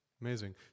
Amazing